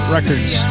Records